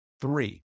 Three